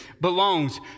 belongs